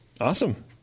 Awesome